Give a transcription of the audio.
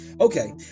Okay